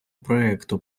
проекту